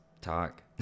talk